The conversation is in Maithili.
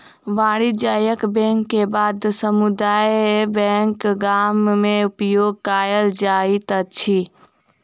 वाणिज्यक बैंक के बाद समुदाय बैंक गाम में उपयोग कयल जाइत अछि